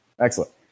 excellent